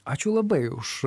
ačiū labai už